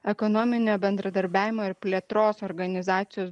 ekonominio bendradarbiavimo ir plėtros organizacijos